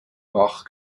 bach